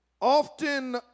often